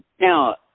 Now